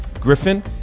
Griffin